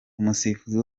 umusifuzi